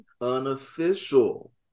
unofficial